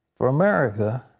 for america,